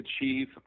achieve